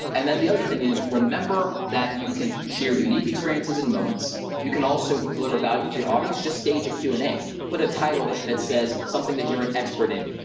and then the other thing is, remember that you can share unique experiences and moments. you can also deliver value to your audience. just stage a q and a. put a title that says something that you're an expert in,